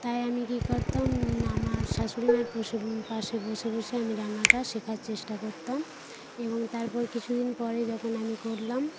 তাই আমি কী করতাম আমার শাশুড়ি মায়ের পশে পাশে বসে বসে আমি রান্নাটা শেখার চেষ্টা করতাম এবং তারপর কিছুদিন পরে যখন আমি করলাম